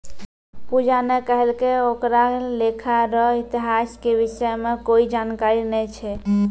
पूजा ने कहलकै ओकरा लेखा रो इतिहास के विषय म कोई जानकारी नय छै